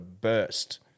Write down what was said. burst